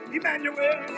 Emmanuel